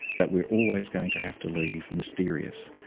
that we're always going to have to leave mysterious.